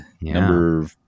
number